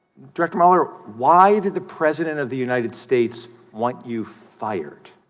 trick dollar why did the president of the united states what you find